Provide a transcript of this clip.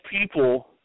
people